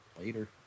Later